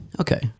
Okay